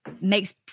makes